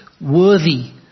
worthy